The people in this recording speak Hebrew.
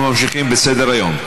אנחנו ממשיכים בסדר-היום.